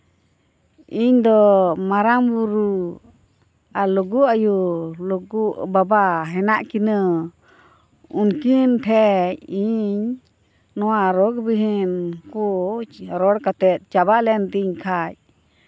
ᱤᱧ ᱫᱚ ᱢᱟᱨᱟᱝ ᱵᱩᱨᱩ ᱟᱨ ᱞᱩᱜᱩ ᱟᱭᱩ ᱞᱩᱜᱩ ᱵᱟᱵᱟ ᱦᱮᱱᱟᱜ ᱠᱤᱱᱟᱹ ᱩᱱᱠᱤᱱ ᱴᱷᱮᱱ ᱤᱧᱤᱧ ᱱᱚᱶᱟ ᱨᱳᱜᱽ ᱵᱤᱜᱷᱤᱱ ᱠᱚ ᱨᱚᱲ ᱠᱟᱛᱮ ᱪᱟᱵᱟ ᱞᱮᱱᱛᱤᱧ ᱠᱷᱟᱱ